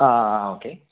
Aaha okay